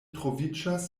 troviĝas